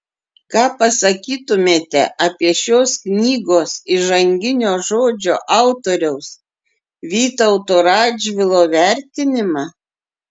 ką pasakytumėte apie šios knygos įžanginio žodžio autoriaus vytauto radžvilo vertinimą